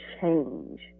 change